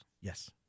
Yes